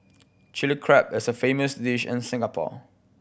Chilli Crab is a famous dish in Singapore